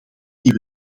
die